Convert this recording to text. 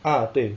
ah